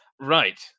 Right